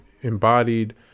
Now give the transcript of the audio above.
embodied